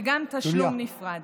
וגם תשלום נפרד.